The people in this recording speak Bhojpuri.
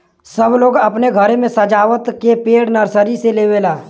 सब लोग अपने घरे मे सजावत के पेड़ नर्सरी से लेवला